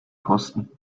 kosten